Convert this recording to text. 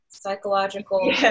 Psychological